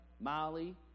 Molly